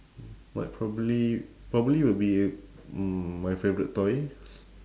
what probably probably would be mm my favourite toy